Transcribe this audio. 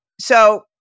So-